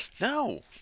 no